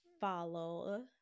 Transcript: follow